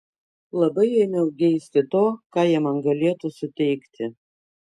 labai ėmiau geisti to ką jie man galėtų suteikti